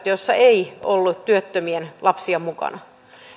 joissa ei ollut työttömien lapsia mukana